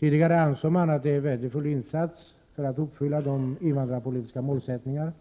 Tidigare ansågs detta vara en värdefull insats för uppfyllandet av de invandrarpolitiska målsättningarna,